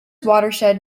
watershed